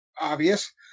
Obvious